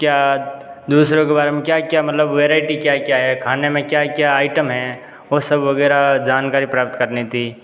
क्या दूसरों के बारे में क्या क्या मतलब वेराइटी क्या क्या है खाने में क्या क्या आइटम हैं वो सब वगैरह जानकारी प्राप्त करनी थी